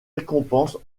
récompenses